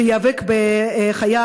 שייאבק בחיה,